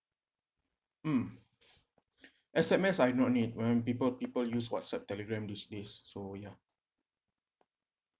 mm S_M_S I not need when people people use whatsapp telegram these days so yeah